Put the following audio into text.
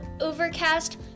Overcast